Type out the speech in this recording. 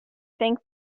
think